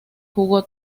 jugó